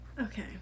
Okay